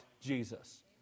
Jesus